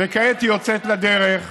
וכעת היא יוצאת לדרך.